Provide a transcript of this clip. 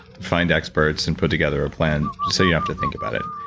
find experts, and put together a plan, so you have to think about it.